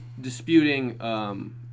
disputing